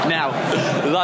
Now